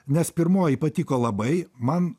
nes pirmoji patiko labai man